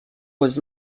was